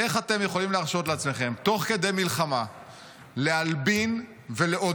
איך אתם יכולים להרשות לעצמכם תוך כדי מלחמה להלבין ולעודד